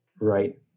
Right